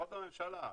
לפחות הממשלה,